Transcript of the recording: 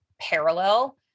parallel